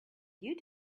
you